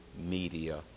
media